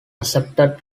accepted